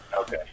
Okay